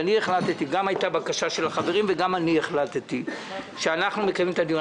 החלטתי גם הייתה בקשה של החברים וגם אני החלטתי שנקיים את הדיון.